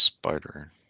spider